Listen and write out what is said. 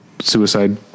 suicide